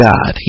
God